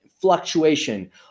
fluctuation